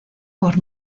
por